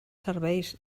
serveis